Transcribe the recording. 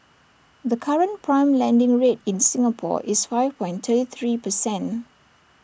the current prime lending rate in Singapore is five point three three percent